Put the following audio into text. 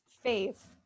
Faith